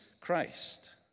Christ